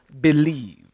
believe